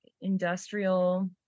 industrial